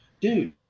dude